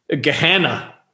Gehenna